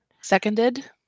Seconded